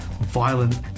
violent